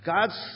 God's